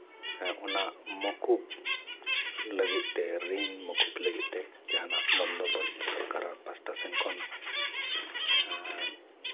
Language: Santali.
ᱚᱱᱟ ᱢᱩᱠᱩᱵ ᱞᱟᱹᱜᱤᱫ ᱛᱮ ᱨᱤᱱ ᱢᱩᱠᱩᱵ ᱞᱟᱹᱜᱤᱛ ᱛᱮ ᱡᱟᱦᱟᱱᱟᱜ ᱵᱚᱱᱫᱳᱵᱚᱥᱛ ᱥᱚᱨᱠᱟᱨᱟᱜ ᱯᱟᱦᱴᱟ ᱥᱮᱫ ᱠᱷᱚᱱ